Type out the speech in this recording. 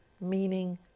meaning